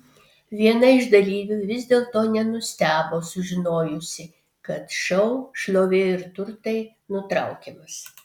viena iš dalyvių vis dėlto nenustebo sužinojusi kad šou šlovė ir turtai nutraukiamas